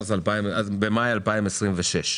מאי 2026,